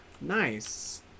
nice